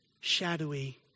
shadowy